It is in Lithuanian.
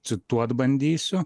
cituot bandysiu